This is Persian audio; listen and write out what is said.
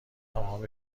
تمام